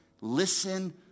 Listen